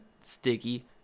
sticky